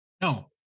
No